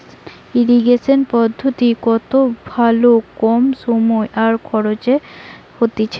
irrigation পদ্ধতি কত ভালো কম সময় আর খরচে হতিছে